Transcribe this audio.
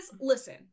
listen